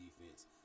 defense